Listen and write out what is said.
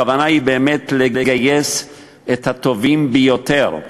הכוונה היא לגייס את הטובים ביותר,